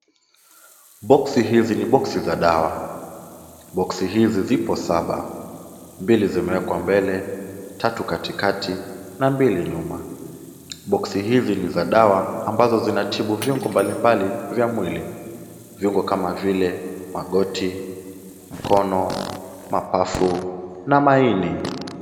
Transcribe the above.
Boksi hizi ni boksi za dawa. Boksi hizi zipo saba mbili zimewekwa mbele, tatu katikati na mbili nyuma. Boksi hizi ni za dawa ambazo zinatibu viungo mbalimbali vya mwili. Viungo kama vile magoti, mkono, mapafu na maini.